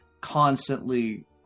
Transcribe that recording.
constantly